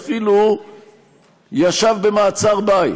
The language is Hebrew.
אפילו ישב במעצר בית.